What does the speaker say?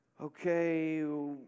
okay